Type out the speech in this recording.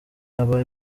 aba